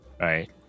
right